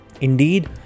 Indeed